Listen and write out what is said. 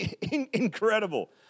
Incredible